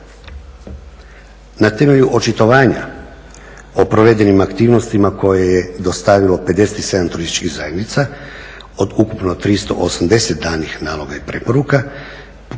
Na temelju očitovanja o provedenim aktivnostima koje je dostavilo 57 turističkih zajednica od ukupno 380 danih naloga i preporuka